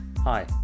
Hi